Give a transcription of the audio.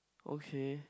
okay